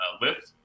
lift